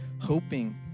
hoping